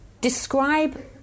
describe